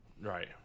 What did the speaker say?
Right